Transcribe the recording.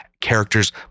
characters